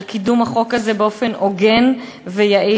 על קידום החוק הזה באופן הוגן ויעיל.